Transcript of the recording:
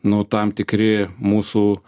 nu tam tikri mūsų